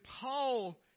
Paul